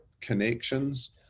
connections